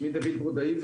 שמי דוד ברודאי,